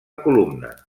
columna